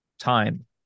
time